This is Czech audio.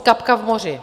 Kapka v moři.